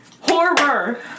Horror